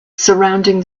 surrounding